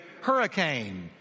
hurricane